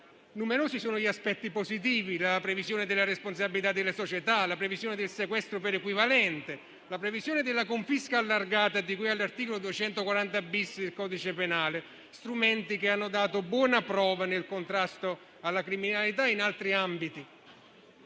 Numerosi sono gli aspetti positivi: la previsione della responsabilità delle società, la previsione del sequestro per equivalente, la previsione della confisca allargata di cui all'articolo 240-*bis* del codice penale; strumenti che hanno dato buona prova nel contrasto alla criminalità in altri ambiti.